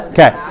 Okay